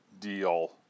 deal